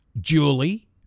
Julie